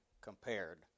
compared